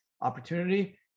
opportunity